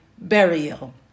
Burial